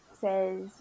says